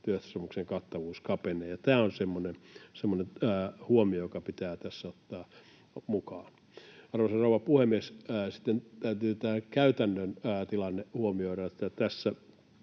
työehtosopimuksen kattavuus kapenee. Tämä on semmoinen huomio, joka pitää tässä ottaa mukaan. Arvoisa rouva puhemies! Sitten täytyy tämä käytännön tilanne huomioida. Tässä